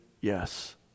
yes